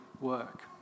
work